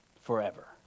Forever